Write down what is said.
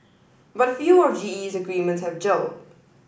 but few of GE's agreements have gelled